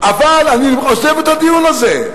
אבל אני עוזב את הדיון הזה.